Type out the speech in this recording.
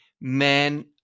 men